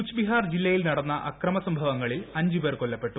കൂച്ച് ബിഹാർ ജില്ലയിൽ നടന്ന അക്രമസംഭവങ്ങളിൽ അഞ്ച് പേർ കൊല്ലപ്പെട്ടു